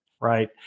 Right